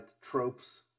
tropes